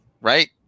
right